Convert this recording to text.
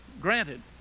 Granted